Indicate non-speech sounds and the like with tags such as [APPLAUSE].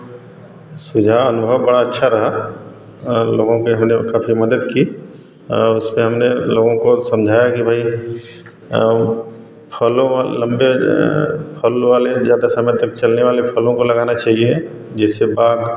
सुझाव अनुभव बड़ा अच्छा रहा लोगों के [UNINTELLIGIBLE] काफ़ी मदद की और उसमें हमने लोगों को समझाया कि भाई फलों वा लंबे फल वाले ज़्यादा समय तक चलने वाले फलों को लगाना चाहिए जैसे बाग